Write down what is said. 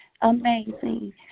amazing